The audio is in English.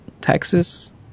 Texas